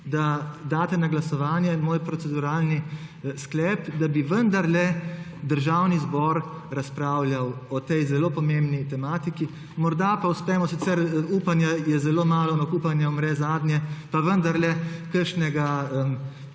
da daste na glasovanje moj proceduralni sklep, da bi vendarle Državni zbor razpravljal o tej zelo pomembni tematiki. Morda pa uspemo, sicer upanja je zelo malo, ampak upanje umre zadnje, pa vendarle kakšnega